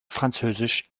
französisch